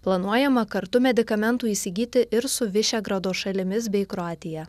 planuojama kartu medikamentų įsigyti ir su višegrado šalimis bei kroatija